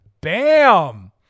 Bam